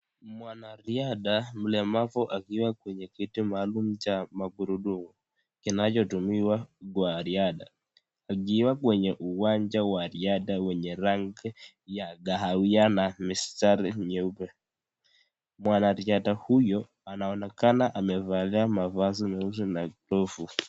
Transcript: Mwanariadha mlemavu akiwa kwenye kiti maalum cha magurudumu kinachotumiwa kwa riadha akiwa kwenye uwanja wa riadha yenye rangi ya kahawia na mistari nyeupe. Mwanariadha huyo anaonekana amevalia mavazi nyeusi na kofu.